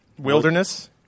Wilderness